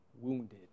wounded